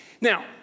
Now